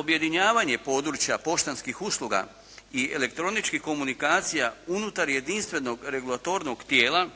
Objedinjavanje područja poštanskih usluga i elektroničkih komunikacija unutar jedinstvenog regulatornog tijela